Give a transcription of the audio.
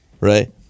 right